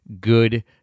good